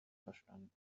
verstanden